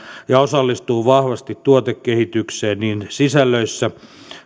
ja osallistuu vahvasti tuotekehitykseen niin sisällöissä